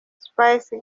spice